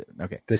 okay